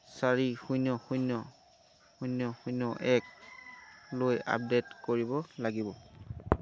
চাৰি শূন্য শূন্য শূন্য শূন্য একলৈ আপডেট কৰিব লাগিব